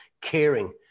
caring